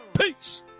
peace